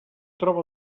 troba